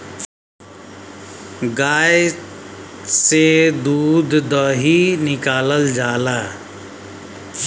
गाय से दूध दही निकालल जाला